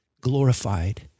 glorified